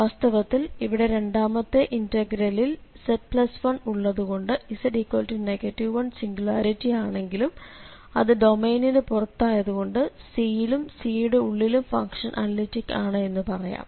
വാസ്തവത്തിൽ ഇവിടെ രണ്ടാമത്തെ ഇന്റഗ്രലിൽ z1ഉള്ളതുകൊണ്ട് z 1സിംഗുലാരിറ്റി ആണെങ്കിലും അത് ഡൊമെയ്നിനു പുറത്തായത് കൊണ്ട് C യിലും C യുടെ ഉള്ളിലും ഫംഗ്ഷൻ അനലിറ്റിക്ക് ആണ് എന്നു പറയാം